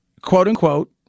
quote-unquote